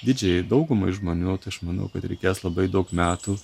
didžiajai daugumai žmonių tai aš manau kad reikės labai daug metų